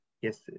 Yes